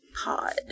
pod